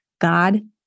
God